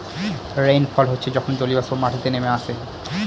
rainfall হচ্ছে যখন জলীয়বাষ্প মাটিতে নেমে আসে